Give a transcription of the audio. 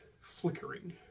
flickering